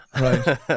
Right